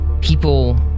people